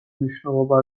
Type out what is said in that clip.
მნიშვნელობა